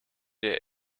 der